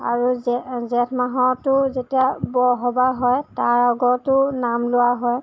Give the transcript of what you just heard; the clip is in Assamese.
আৰু জে জেঠ মাহতো যেতিয়া বৰসবাহ হয় তাৰ আগতো নাম লোৱা হয়